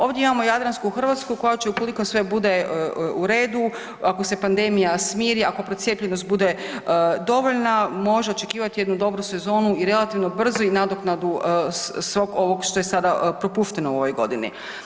Ovdje imamo Jadransku Hrvatsku koja će ukoliko sve bude u redu, ako se pandemija smiri, ako procijepljenost bude dovoljna može očekivati jednu dobru sezonu i relativno brzu i nadoknadu svog ovog što je sada propušteno u ovoj godini.